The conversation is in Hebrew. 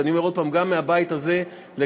ואני אומר עוד פעם: גם מהבית הזה לקבל